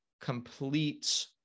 complete